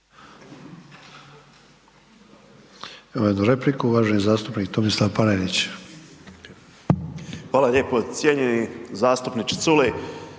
Hvala lijepo. Cijenjeni zastupniče Culej,